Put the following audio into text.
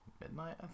midnight